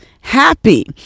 happy